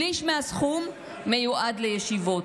שליש מהסכום, מיועד לישיבות.